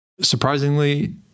Surprisingly